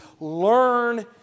learn